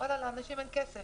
לאנשים אין כסף